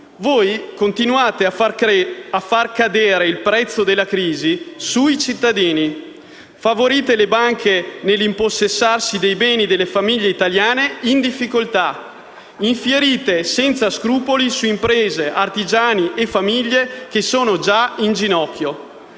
Voi continuate a far ricadere il prezzo della crisi sui cittadini e favorite le banche nell'impossessarsi dei beni delle famiglie italiane in difficoltà. Infierite senza scrupoli su imprese, artigiani e famiglie che sono già in ginocchio